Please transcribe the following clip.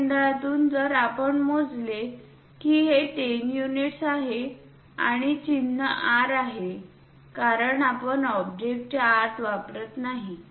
या केंद्रातून जर आपण मोजले की हे 10 युनिट्स आहे आणि चिन्ह R आहे कारण आपण ऑब्जेक्टच्या आत वापरत नाही